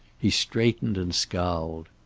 he straightened and scowled.